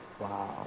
Wow